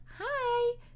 hi